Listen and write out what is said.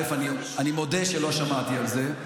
אני מודה שלא שמעתי על זה,